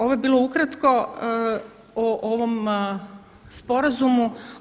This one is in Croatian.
Ovo je bilo ukratko o ovom sporazumu.